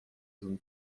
zone